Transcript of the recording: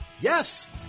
Yes